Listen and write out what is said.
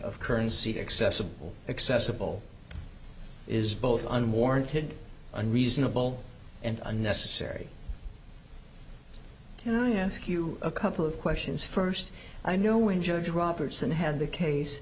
of currency accessible accessible is both unwarranted unreasonable and unnecessary yes q a couple of questions first i know when judge robertson had the case